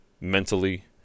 Mentally